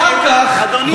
אחר כך, אדוני השר,